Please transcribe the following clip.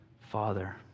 Father